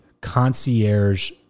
concierge